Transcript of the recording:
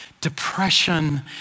depression